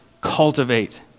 cultivate